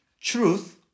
truth